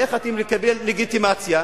ואיך תקבלו לגיטימציה?